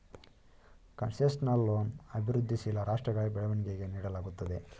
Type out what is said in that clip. concessional loan ಅಭಿವೃದ್ಧಿಶೀಲ ರಾಷ್ಟ್ರಗಳ ಬೆಳವಣಿಗೆಗೆ ನೀಡಲಾಗುತ್ತದೆ